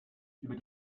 über